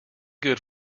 good